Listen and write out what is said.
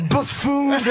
Buffoon